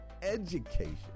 education